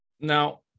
Now